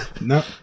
No